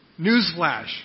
Newsflash